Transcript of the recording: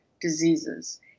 diseases